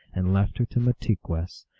and left her to mahtigwess,